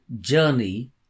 journey